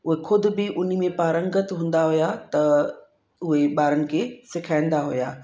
उहे ख़ुदि बि उन्ही में पारंगत हूंदा हुया त उहे ॿारनि खे सेखारींदा हुया